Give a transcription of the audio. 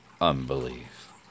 unbelief